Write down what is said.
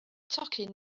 tocyn